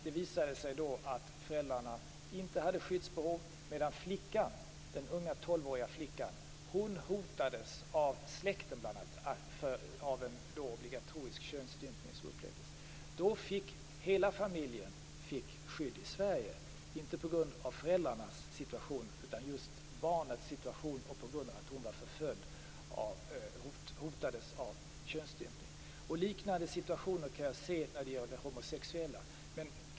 Det visade sig att föräldrarna inte hade skyddsbehov, medan den unga 12-åriga flickan hotades av bl.a. släkten av en obligatorisk könsstympning. Hela familjen fick skydd i Sverige, inte på grund av föräldrarnas situation utan just av att barnet hotades av könsstympning. Liknande situationer kan jag se när det gäller homosexuella.